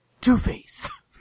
Two-Face